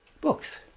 books